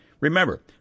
Remember